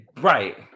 Right